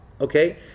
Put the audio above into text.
Okay